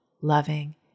loving